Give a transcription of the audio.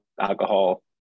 alcohol